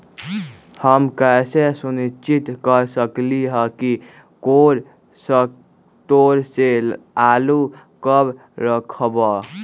हम कैसे सुनिश्चित कर सकली ह कि कोल शटोर से आलू कब रखब?